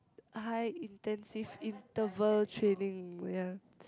high intensive interval training ya